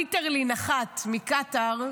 ליטרלי נחת מקטר,